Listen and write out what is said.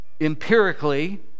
empirically